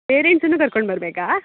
ಪೇರೆಂಟ್ಸನ್ನು ಕರ್ಕೊಂಡು ಬರಬೇಕಾ